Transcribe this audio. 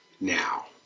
now